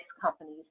companies